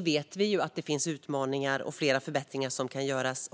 vet vi att det finns utmaningar också här och att förbättringar kan göras.